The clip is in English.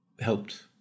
helped